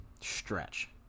stretch